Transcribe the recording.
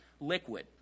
liquid